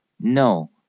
No